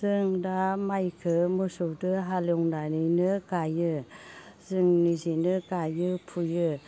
जों दा माइखो मोसौदो हालएवनानै गायो जों निजेनो गायो फुयो